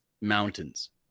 mountains